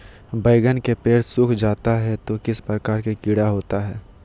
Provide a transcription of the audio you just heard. बैगन के पेड़ सूख जाता है तो किस प्रकार के कीड़ा होता है?